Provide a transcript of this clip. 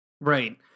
Right